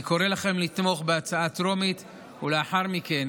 אני קורא לכם לתמוך בהצעה הטרומית ולאחר מכן